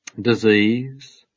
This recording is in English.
disease